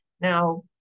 Now